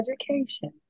education